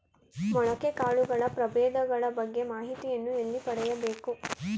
ಮೊಳಕೆ ಕಾಳುಗಳ ಪ್ರಭೇದಗಳ ಬಗ್ಗೆ ಮಾಹಿತಿಯನ್ನು ಎಲ್ಲಿ ಪಡೆಯಬೇಕು?